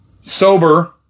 sober